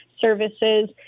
services